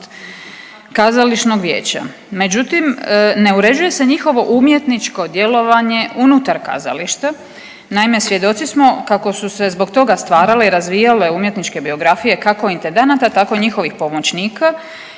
kazališnog vijeća, međutim ne uređuje se njihovo umjetničko djelovanje unutar kazališta. Naime, svjedoci smo kako su se zbog toga stvarale i razvijale umjetničke biografije kako intendanata tako i njihovih pomoćnika